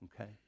Okay